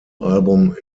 album